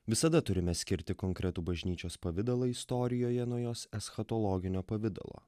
visada turime skirti konkretų bažnyčios pavidalą istorijoje nuo jos eschatologinio pavidalo